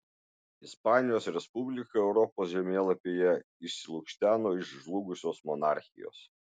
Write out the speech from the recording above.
ispanijos respublika europos žemėlapyje išsilukšteno iš žlugusios monarchijos